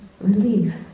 relief